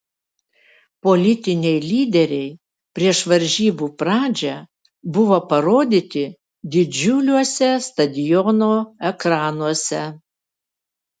politiniai lyderiai prieš varžybų pradžią buvo parodyti didžiuliuose stadiono ekranuose